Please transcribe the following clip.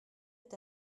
est